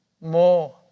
more